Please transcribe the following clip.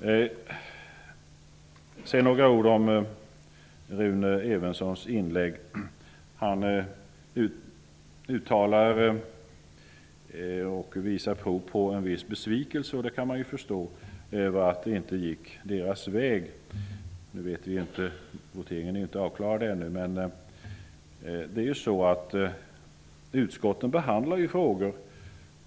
Sedan vill jag säga några ord om Rune Evenssons inlägg. Han uttalar och visar prov på en viss besvikelse, och det kan man förstå. Det gick ju inte socialdemokraternas väg. Nu vet vi det inte säkert, för voteringen har ännu inte skett. När utskotten behandlar frågor